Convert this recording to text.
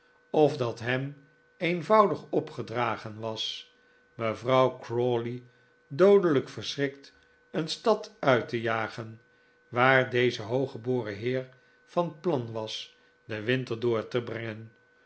of dat hem eenvoudig opgedragen was mevrouw crawley t doodelijk verschrikt een stad uit te jagen waar deze hooggeboren heer van plan was den winter door te brengen